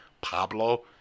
Pablo